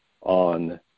on